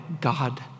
God